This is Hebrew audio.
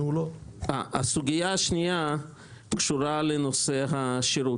אוהב וישקיעו פחות מתחת לאדמה בתשתיות,